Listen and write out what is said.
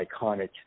iconic